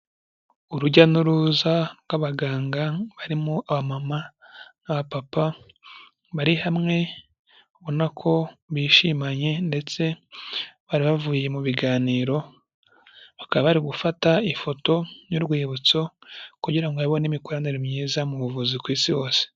Urujya n'uruza rw'abaganga barimo abamama, abapapa bari hamwe ubona ko bishimanye ndetse bari bavuye mu biganiro, bakaba bari gufata ifoto y'urwibutso kugira ngo babone imikoranire myiza mu buvuzi ku isi hose.